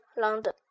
London